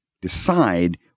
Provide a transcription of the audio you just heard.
decide